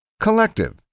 Collective